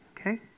Okay